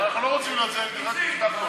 אנחנו לא רוצים, שהבטחנו לך.